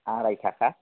आराय थाखा